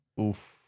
Oof